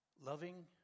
Loving